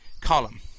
column